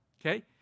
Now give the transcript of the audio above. Okay